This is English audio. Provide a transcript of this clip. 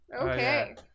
Okay